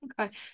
okay